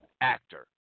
actor